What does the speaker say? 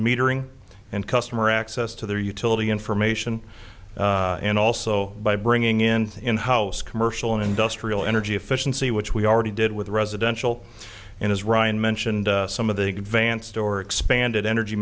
metering and customer access to their utility information and also by bringing in in house commercial industrial energy efficiency which we already did with residential and as ryan mentioned some of the advanced or expanded energy